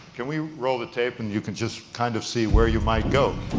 can we roll the tape and you can just kind of see where you might go.